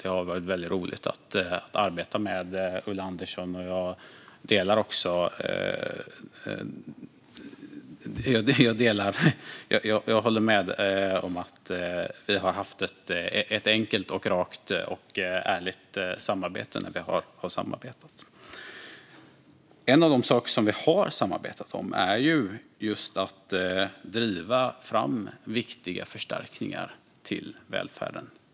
Det har varit väldigt roligt att arbeta med Ulla Andersson, och jag håller med om att vi har haft ett enkelt, rakt och ärligt samarbete när vi har samarbetat. En av de saker vi har samarbetat om är just att driva fram viktiga förstärkningar till välfärden.